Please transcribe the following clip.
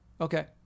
Okay